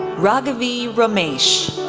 ragavi ramesh,